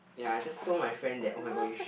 ya I just told my friend that oh-my-god you should